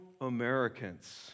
Americans